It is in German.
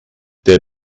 der